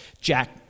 Jack